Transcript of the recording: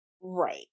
right